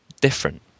different